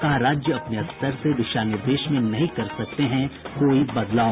कहा राज्य अपने स्तर से दिशा निर्देश में नहीं कर सकते हैं कोई बदलाव